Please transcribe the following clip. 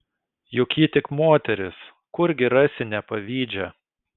juk ji tik moteris kurgi rasi nepavydžią